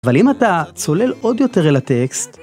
‫אבל אם אתה צולל עוד יותר אל הטקסט